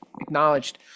acknowledged